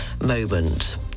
moment